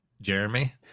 Jeremy